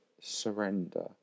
surrender